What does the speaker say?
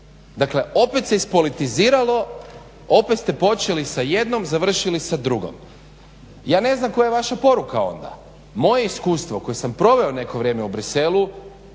Dakle, opet se ispolitiziralo, opet ste počeli sa jednom, završili sa drugom. Ja ne znam koja je vaša poruka onda, moje iskustvo koje sam proveo neko vrijeme u Bruxellesu